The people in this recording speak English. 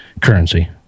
currency